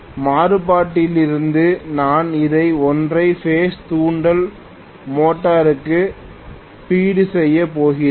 மாறுபாட்டிலிருந்து நான் அதை ஒற்றை பேஸ் தூண்டல் மோட்டருக்கு பீடு செய்யப் போகிறேன்